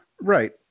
Right